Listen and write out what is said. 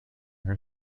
her